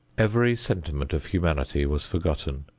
every sentiment of humanity was forgotten.